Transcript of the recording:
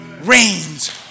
reigns